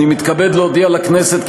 אני מתכבד להודיע לכנסת,